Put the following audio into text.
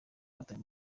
batawe